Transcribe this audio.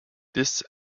this